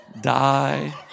die